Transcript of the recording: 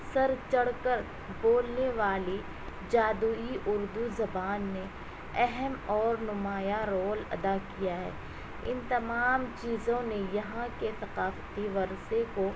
سر چڑھ کر بولنے والی جادوئی اردو زبان نے اہم اور نمایاں رول ادا کیا ہے ان تمام چیزوں نے یہاں کے ثقافتی ورثے کو